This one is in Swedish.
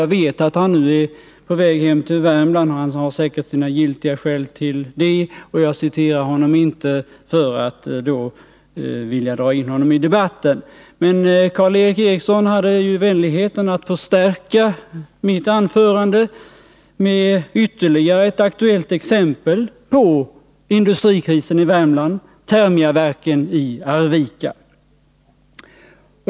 Jag vet att han nu är på väg hem till Värmland — han har säkert sina giltiga skäl till det — och jag refererar inte till honom därför att jag vill dra in honom i debatten. Karl Erik Eriksson hade vänligheten att förstärka mitt anförande med ytterligare ett aktuellt exempel på industrikrisen i Värmland, och det gällde Thermia-Verken i Arvika.